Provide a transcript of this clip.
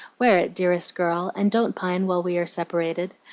wear it, dearest girl, and don't pine while we are separated.